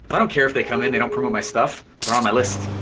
i don't care if they come in, they don't promote my stuff. they're on my list.